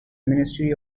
ministry